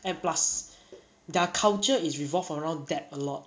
and plus their culture is revolved around that a lot